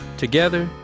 together,